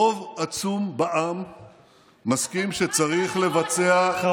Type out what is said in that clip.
רוב עצום בעם מסכים שצריך לבצע, אתה